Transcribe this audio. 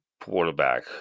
quarterback